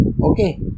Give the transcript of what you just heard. Okay